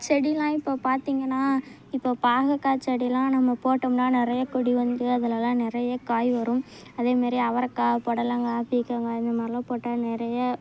செடியெலாம் இப்போ பார்த்திங்கனா இப்போ பாகற்காய் செடியெலாம் நம்ம போட்டொம்னா நிறைய கொடி வந்து அதுலெல்லாம் நிறைய காய் வரும் அதேமாரி அவரக்காய் புடலங்கா பீர்கங்காய் இந்தமாதிரிலாம் போட்டால் நிறைய